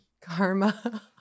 Karma